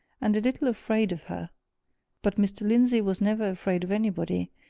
and a little afraid of her but mr. lindsey was never afraid of anybody,